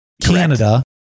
Canada